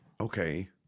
okay